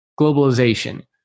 globalization